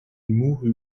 mourut